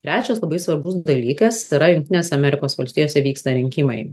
trečias labai svarbus dalykas yra jungtinėse amerikos valstijose vyksta rinkimai